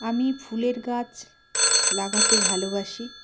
আমি ফুলের গাছ লাগাতে ভালোবাসি